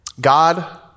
God